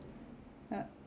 ya